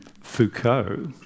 Foucault